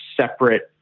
separate